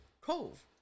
cove